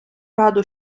раду